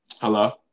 Hello